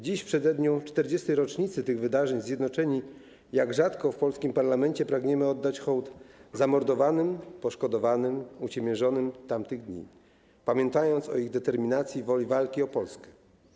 Dziś w przededniu 40. rocznicy tych wydarzeń zjednoczeni, jak rzadko w polskim parlamencie, pragniemy oddać hołd zamordowanym, poszkodowanym, uciemiężonym tamtych dni, pamiętając o ich determinacji i woli walki o Polskę.